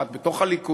אחת בתוך הליכוד,